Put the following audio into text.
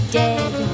dead